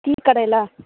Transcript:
की करै लए